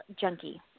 junkie